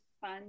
fun